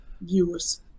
viewers